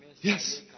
Yes